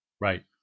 Right